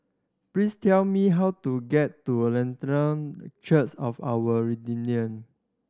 please tell me how to get to Church of Our